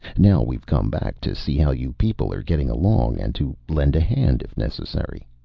now we've come back to see how you people are getting along, and to lend a hand if necessary.